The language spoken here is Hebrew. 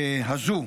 הזו.